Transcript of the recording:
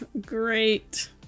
Great